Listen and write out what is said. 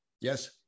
yes